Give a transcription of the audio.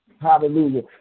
Hallelujah